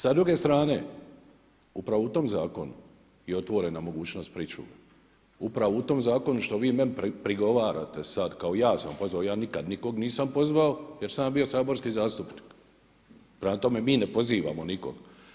Sa druge strane, upravo u tom zakonu je otvorena mogućnost pričuve, upravo u tom zakonu što vi meni prigovarate sad kao ja sam pozvao, ja nikad nikog nisam pozvao jer sam ja bio saborski zastupnik, prema tome mi ne pozivamo nikog.